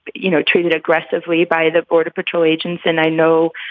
you know, treated aggressively by the border patrol agents. and i know